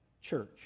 church